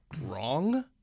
wrong